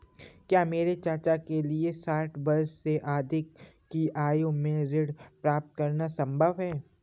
क्या मेरे चाचा के लिए साठ वर्ष से अधिक की आयु में ऋण प्राप्त करना संभव होगा?